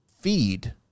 feed